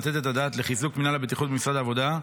יש לתת את הדעת לחיזוק מינהל הבטיחות במשרד העבודה,